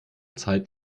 zeit